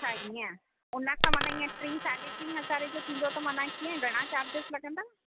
अच्छा हीअं हुनखां माना ईअं टे साॾे टे हज़ार जो थींदो त माना कीअं घणा चार्जेस लॻंदा